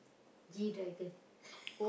G-Dragon